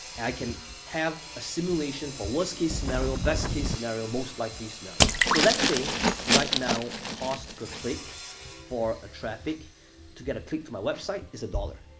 i can have a simulation for worst-case scenario, best case scenario, most likely scenario. so, let's say right now, cost per click for a traffic to get a click to my website is a dollar.